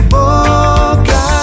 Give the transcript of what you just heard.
boca